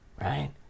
right